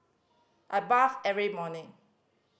I bathe every morning